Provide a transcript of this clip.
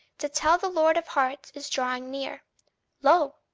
to tell the lord of hearts is drawing near lo!